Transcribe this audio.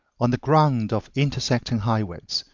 on the ground of intersecting highways,